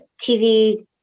TV